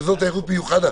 אזור תיירות מיוחד,